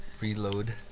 reload